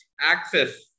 access